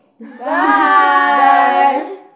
Bye